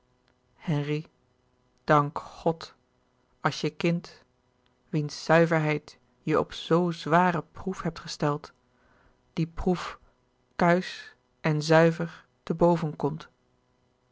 henri dank god als je kind wiens zuiverheid je op zoo zware proef hebt gesteld die proef kuisch en zuiver te